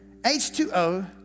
H2O